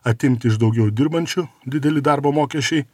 atimt iš daugiau dirbančių dideli darbo mokesčiai